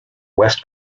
west